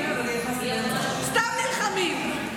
סתם נלחמים.